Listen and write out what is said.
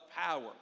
power